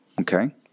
okay